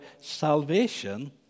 salvation